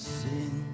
sin